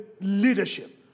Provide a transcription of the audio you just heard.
leadership